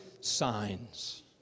signs